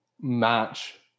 match